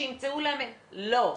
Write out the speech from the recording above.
שימצאו להם ---' לא,